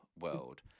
world